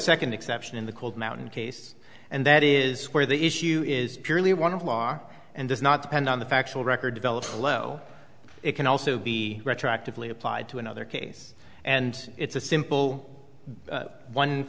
second exception in the cold mountain case and that is where the issue is purely one of law and does not depend on the factual record developed low it can also be retroactively applied to another case and it's a simple one